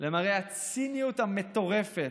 למראה הציניות המטורפת,